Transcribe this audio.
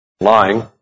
lying